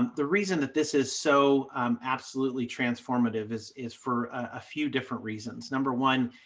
the reason that this is so absolutely transformative is is for a few different reasons. number one,